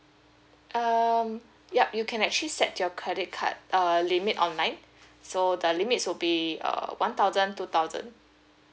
um yup you can actually set your credit card uh limit online so the limits would be uh one thousand two thousand